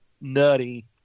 nutty